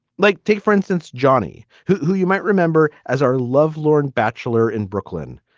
like take, for instance, johnny, who who you might remember as our lovelorn bachelor in brooklyn.